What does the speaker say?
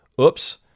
oops